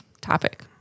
topic